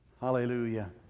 Hallelujah